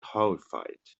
horrified